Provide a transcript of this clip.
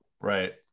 Right